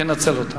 תנצל אותן.